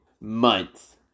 months